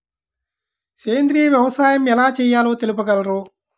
సేంద్రీయ వ్యవసాయం ఎలా చేయాలో తెలుపగలరు?